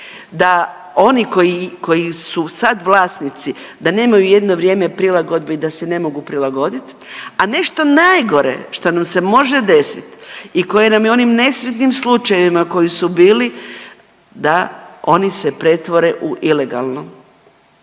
koji, koji su sad vlasnici da nemaju jedno vrijeme prilagodbe i da se ne mogu prilagoditi, a nešto najgore što nam se može desiti i koje nam je onim nesretnim slučajevima koji su bili da oni se pretvore u ilegalno.